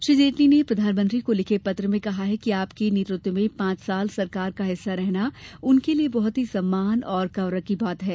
श्री जेटली ने प्रधानमंत्री को लिखे पत्र में कहा है कि आपके नेतृत्व में पांच साल सरकार का हिस्सा रहना उनके लिये बहुत ही सम्मान और गौरव की बात है